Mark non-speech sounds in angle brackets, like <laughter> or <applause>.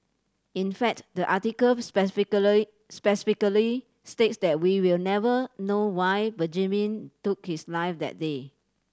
in fact the article <unintelligible> specifically states that we will never know why Benjamin took his life that day